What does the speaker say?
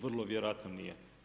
Vrlo vjerojatno nije.